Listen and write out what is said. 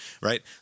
right